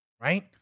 Right